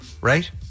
right